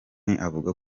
akavuga